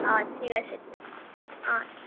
অঁ ঠিক আছে দিয়ক অঁ